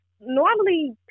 normally